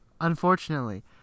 Unfortunately